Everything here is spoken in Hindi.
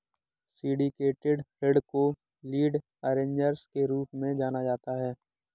सिंडिकेटेड ऋण को लीड अरेंजर्स के रूप में जाना जाता है